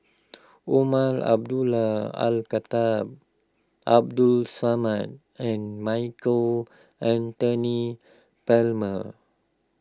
Umar Abdullah Al Khatib Abdul Samad and Michael Anthony Palmer